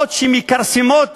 הצעות שמכרסמות